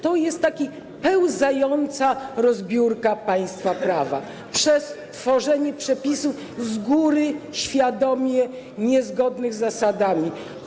To jest taka pełzająca rozbiórka państwa prawa: tworzenie przepisów z góry, świadomie, niezgodnych z zasadami.